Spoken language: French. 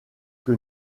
que